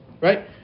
Right